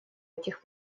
этих